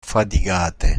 fatigate